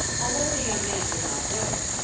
although the young man did not know it,